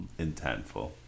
intentful